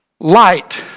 light